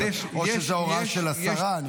או שזו הוראה של השרה.